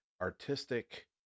Artistic